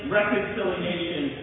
reconciliation